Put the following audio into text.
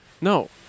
No